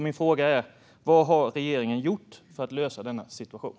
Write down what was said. Min fråga är vad regeringen har gjort för att lösa denna situation.